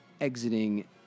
exiting